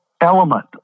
element